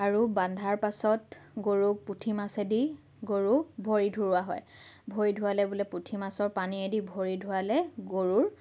আৰু বন্ধাৰ পাছত গৰুক পুঠি মাছেদি গৰুক ভৰি ধোওৱা হয় ভৰি ধোৱালে বুলে পুঠি মাছৰ পানীয়েদি ভৰি ধোৱালে গৰুৰ